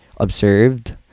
observed